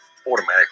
automatically